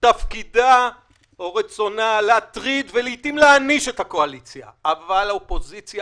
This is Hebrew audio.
תפקידה או רצונה להטריד ולעתים להעניש את הקואליציה אבל האופוזיציה